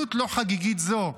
בהזדמנות לא חגיגית זו,